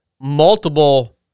multiple